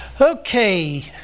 Okay